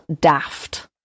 daft